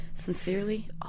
Sincerely